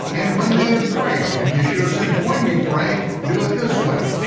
and when they had prayed, and yeshua said, when you pray, do it this way.